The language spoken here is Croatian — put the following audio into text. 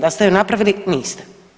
Da ste ju napravili, niste.